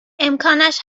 امکانش